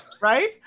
Right